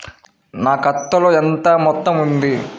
నా ఖాతాలో ఎంత మొత్తం ఉంది?